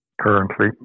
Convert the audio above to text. currently